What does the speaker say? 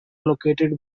located